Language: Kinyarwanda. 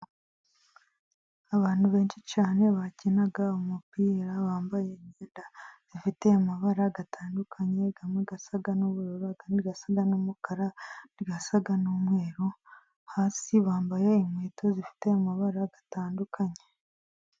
Abantu benshi cyane bakina umupira, bambaye imyenda ifite amabara atandukanye, amwe asa n'ubururu, andi asa n'umukara, andi asa n'umweru, hasi bambaye inkweto zifite amabara atandukanye.